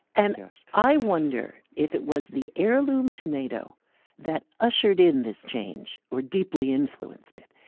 and i wonder if it was the heirloom tomato that ushered in this change or deeply influenced it?